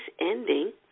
ending